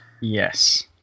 yes